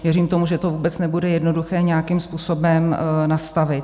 Věřím tomu, že to vůbec nebude jednoduché nějakým způsobem nastavit.